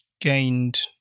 gained